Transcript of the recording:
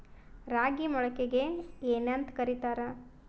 ರಾಗಿ ಮೊಳಕೆಗೆ ಏನ್ಯಾಂತ ಕರಿತಾರ?